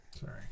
Sorry